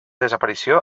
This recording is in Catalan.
desaparició